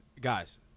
guys